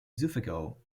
esophageal